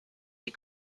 die